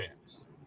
fans